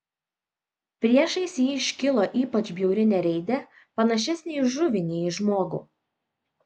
priešais jį iškilo ypač bjauri nereidė panašesnė į žuvį nei į žmogų